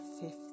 fifth